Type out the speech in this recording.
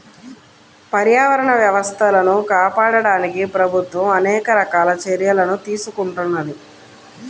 పర్యావరణ వ్యవస్థలను కాపాడడానికి ప్రభుత్వం అనేక రకాల చర్యలను తీసుకుంటున్నది